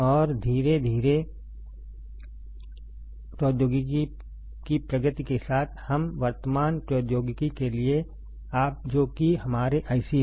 और धीरे धीरे प्रौद्योगिकी की प्रगति के साथ हम वर्तमान प्रौद्योगिकी के लिए आए जो कि हमारे IC है